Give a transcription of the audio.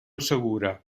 segura